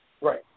Right